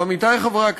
עמיתי חברי הכנסת,